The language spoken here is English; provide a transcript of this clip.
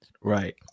right